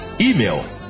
Email